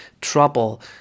trouble